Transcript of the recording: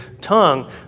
tongue